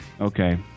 Okay